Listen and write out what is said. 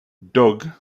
doug